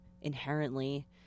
inherently